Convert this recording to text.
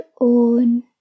own